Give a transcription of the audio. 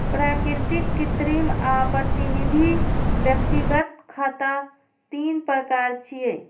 प्राकृतिक, कृत्रिम आ प्रतिनिधि व्यक्तिगत खाता तीन प्रकार छियै